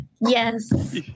Yes